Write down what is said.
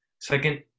Second